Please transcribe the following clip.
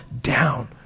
down